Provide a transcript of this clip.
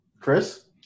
Chris